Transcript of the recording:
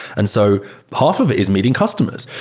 and so part of it is meeting customers.